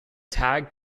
tag